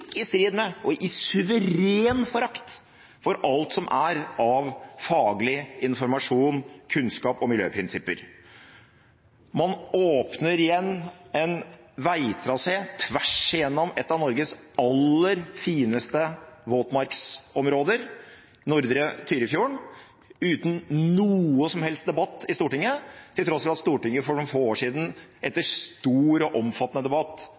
i strid med og i suveren forakt for alt som er av faglig informasjon og kunnskap og miljøprinsipper. Man åpner igjen en veitrasé tvers igjennom et av Norges aller fineste våtmarksområder, Nordre Tyrifjorden, uten noen som helst debatt i Stortinget, til tross for at Stortinget for noen få år siden etter stor og omfattende debatt